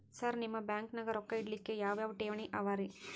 Sir ನಿಮ್ಮ ಬ್ಯಾಂಕನಾಗ ರೊಕ್ಕ ಇಡಲಿಕ್ಕೆ ಯಾವ್ ಯಾವ್ ಠೇವಣಿ ಅವ ರಿ?